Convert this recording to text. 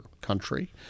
country